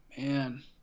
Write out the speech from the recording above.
Man